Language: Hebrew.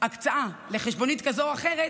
הקצאה לחשבונית כזאת או אחרת,